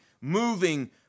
moving